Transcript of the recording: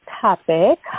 topic